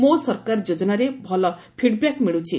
ମୋ ସରକାର ଯୋଜନାରେ ଭଲ ପିଡ୍ବ୍ୟାକ୍ ମିଳୁଛି